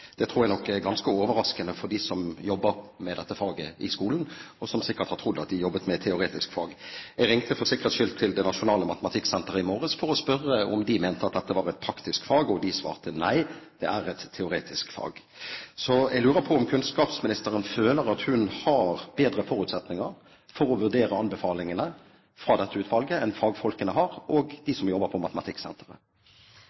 Det tror jeg nok er ganske overraskende for dem som jobber med dette faget i skolen, og som sikkert har trodd at de jobbet med et teoretisk fag. Jeg ringte for sikkerhets skyld til det nasjonale matematikksenteret i morges for å spørre om de mente at dette var et praktisk fag, og de svarte nei, det er et teoretisk fag. Jeg lurer på om kunnskapsministeren føler at hun har bedre forutsetninger for å vurdere anbefalingene fra dette utvalget enn fagfolkene og de